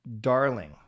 darling